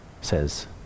says